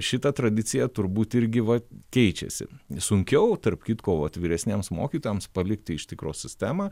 šita tradicija turbūt irgi va keičiasi sunkiau tarp kitko atviresniems mokytojams palikti iš tikro sistemą